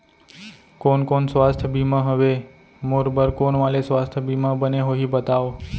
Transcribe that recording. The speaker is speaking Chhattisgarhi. कोन कोन स्वास्थ्य बीमा हवे, मोर बर कोन वाले स्वास्थ बीमा बने होही बताव?